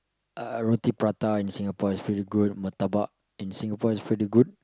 uh roti-prata in Singapore is really good murtabak in Singapore is really good